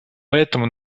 поэтому